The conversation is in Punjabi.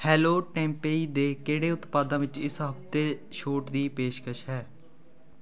ਹੈਲੋ ਟੈਂਪੇਯੀ ਦੇ ਕਿਹੜੇ ਉਤਪਾਦਾਂ ਵਿੱਚ ਇਸ ਹਫ਼ਤੇ ਛੋਟ ਦੀ ਪੇਸ਼ਕਸ਼ ਹੈ